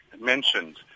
mentioned